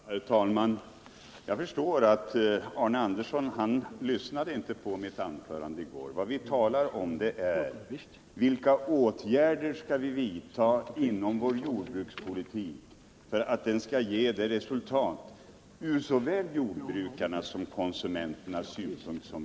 Herr talman! Jag förstår att Arne Andersson inte lyssnade på mitt anförande i går. Vad vi talar om är vilka åtgärder vi måste vidta inom jordbrukspolitiken för att få det resultat vi eftersträvar från såväl jordbrukarnas som konsumenternas synpunkt.